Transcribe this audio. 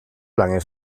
lange